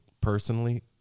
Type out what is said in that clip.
personally